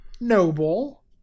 noble